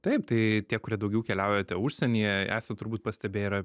taip tai tie kurie daugiau keliaujate užsienyje est turbūt pastebėję yra